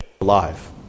alive